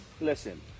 listen